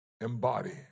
embody